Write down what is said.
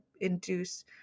induce